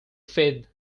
feed